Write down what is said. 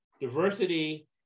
diversity